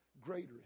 Greater